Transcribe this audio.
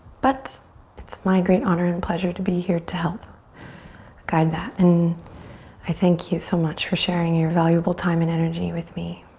but it's my great honor and pleasure to be here to help guide that, and i thank you so much for sharing your valuable time and energy with me.